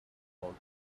about